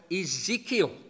Ezekiel